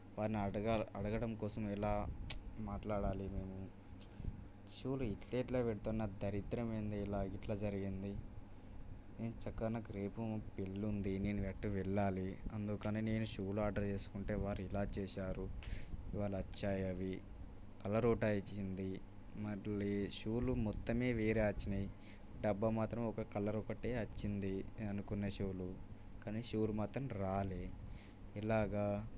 వారిని అడగాలి అడగడం కోసం ఎలా మాట్లాడాలి షూలు ఇట్ల ఎట్ల పెడతారు నాకు దరిద్రమైనది ఇలా ఇట్లా జరిగింది నేను చక్కగా నాకు రేపు పెళ్ళుంది నేను గట్టు వెళ్ళాలి అందుకని నేను షూలు ఆర్డర్ చేసుకుంటే వారు ఇలా చేశారు ఇవాళొచ్చాయవి కలర్ ఒకటయి వచ్చింది మళ్ళీ షూలు మొత్తమే వేరే వచ్చినాయి డబ్బా మాత్రం ఒక కలర్ ఒక్కటే వచ్చింది నేను అనుకున్న షూలు కానీ షూలు మాత్రం రాలేదు ఇలాగా